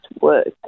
work